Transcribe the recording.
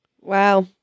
Wow